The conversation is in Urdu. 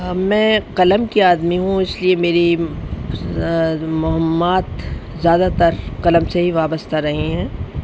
میں قلم کی آدمی ہوں اس لیے میری مہمات زیادہ تر قلم سے ہی وابستہ رہی ہیں